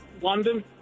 London